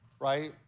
right